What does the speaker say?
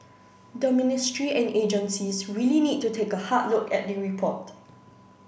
the ministry and agencies really need to take a hard look at the report